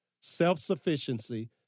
Self-sufficiency